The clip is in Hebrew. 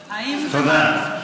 תודה.